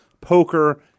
poker